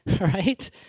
Right